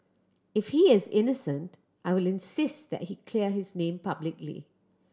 if he is innocent I will insist that he clear his name publicly